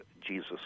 Jesus